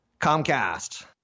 Comcast